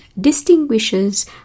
distinguishes